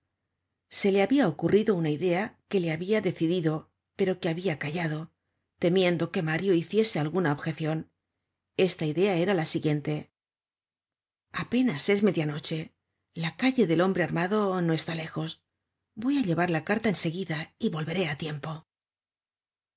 se le habia ocurrido una idea que le habia decidido pero que habia callado temiendo que mario hiciese alguna objecion esta idea era la siguiente apenas es media noche la calle del hombre armado no está lejos voy á llevar la carta en seguida y volveré á tiempo